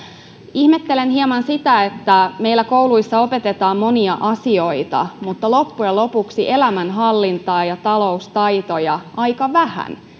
ihmettelen hieman sitä että meillä kouluissa opetetaan monia asioita mutta loppujen lopuksi elämänhallintaa ja taloustaitoja aika vähän